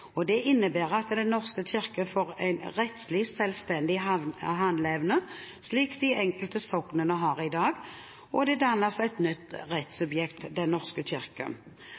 Det innebærer at Den norske kirke får en rettslig selvstendig handleevne, slik de enkelte soknene har i dag. Og det dannes et nytt rettssubjekt, Den norske